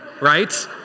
right